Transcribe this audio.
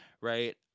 right